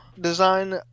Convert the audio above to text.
design